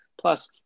Plus